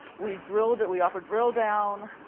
we drilled it. we offered drill down.